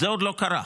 זה עוד לא קרה.